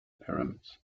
pyramids